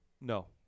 no